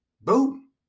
boom